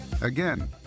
Again